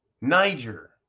Niger